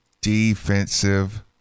Defensive